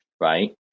right